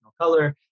color